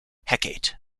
hecate